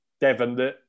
Devon